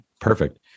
perfect